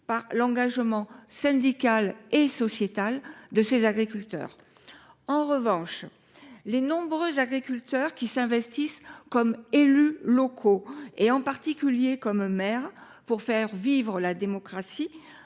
par leur engagement syndical et sociétal. En revanche, les nombreux agriculteurs qui s’investissent comme élus locaux, en particulier comme maire, pour faire vivre la démocratie